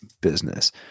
Business